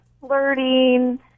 flirting